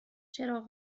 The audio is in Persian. چراغ